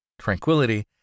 tranquility